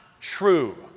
true